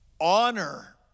Honor